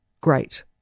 Great